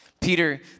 Peter